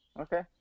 Okay